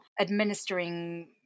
administering